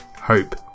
hope